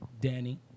Danny